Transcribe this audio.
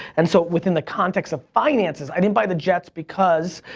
and so within the context of finances, i didn't buy the jets, because,